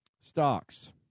Stocks